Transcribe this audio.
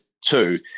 two